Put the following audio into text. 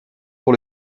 pour